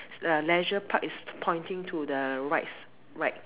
uh Leisure park is pointing to the right s~ right